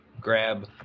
grab